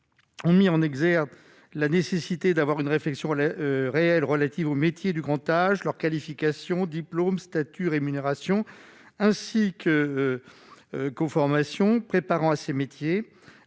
ont mis en exergue la nécessité d'avoir une réflexion la réelle relatives aux métiers du comptage leur qualification diplôme stature rémunération ainsi que conformation préparant à ces métiers,